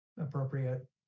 appropriate